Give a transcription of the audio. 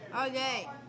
Okay